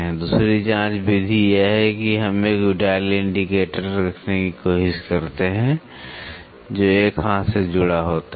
दूसरी जांच विधि यह है कि हम एक डायल इंडिकेटर रखने की कोशिश करते हैं जो एक हाथ से जुड़ा होता है